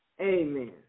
Amen